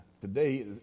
today